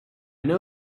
know